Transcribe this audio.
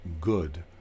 good